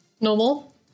Normal